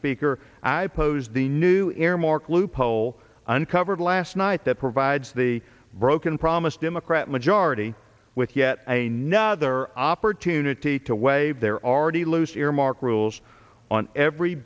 speaker i posed the new earmark loophole uncovered last night that provides the broken promise democrat majority with yet a nother opportunity to waive their aready loose earmark rules on every